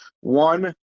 one